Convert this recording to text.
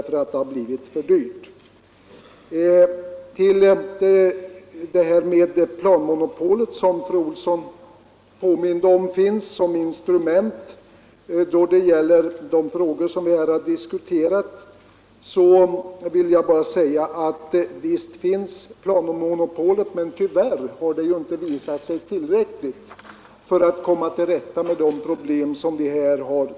Fru Olsson påminde om planmonopolet som instrument då det gäller de frågor som vi här har diskuterat. Visst finns planmonopolet, men tyvärr har det inte visat sig tillräckligt för att komma till rätta med problemen.